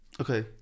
Okay